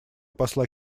посла